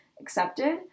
accepted